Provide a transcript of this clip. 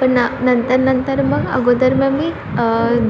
पण नंतर नंतर मग अगोदर मग मी